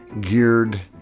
geared